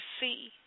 see